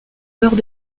meurent